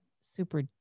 super